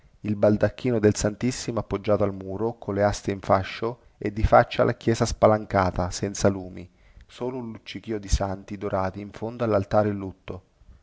il baldacchino del santissimo appoggiato al muro colle aste in fascio e di faccia la chiesa spalancata senza lumi solo un luccichío di santi dorati in fondo allaltare in lutto